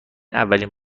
اولین